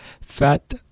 Fat